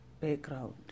background